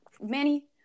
Manny